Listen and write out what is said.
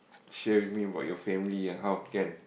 share with me about your family ah how can